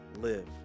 live